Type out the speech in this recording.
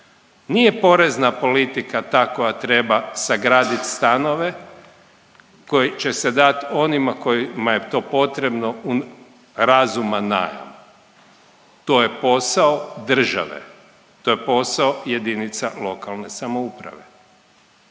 Nije porezna politika ta koja treba sagraditi stanove, koji će se dati onima kojima je to potrebno u razuman najam, to je posao države, to je posao jedinica lokalne samouprave.